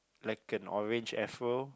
like an orange afro